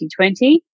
2020